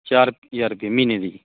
ਚਾਰ ਹਜ਼ਾਰ ਰੁਪਈਆ ਮਹੀਨੇ ਦੀ